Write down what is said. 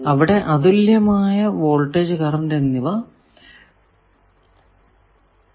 അവിടെ അതുല്യമായി voltage current എന്നിവ നിർവചിക്കാം